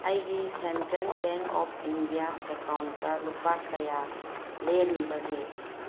ꯑꯩꯒꯤ central bank of India account ꯂꯨꯄꯥ ꯀꯌꯥ ꯂꯦꯝꯃꯤꯕꯒꯦ